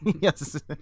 Yes